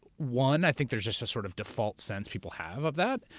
one, i think there's just a sort of default sense people have of that.